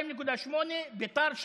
2.8%; ביתר,